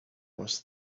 was